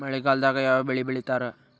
ಮಳೆಗಾಲದಾಗ ಯಾವ ಬೆಳಿ ಬೆಳಿತಾರ?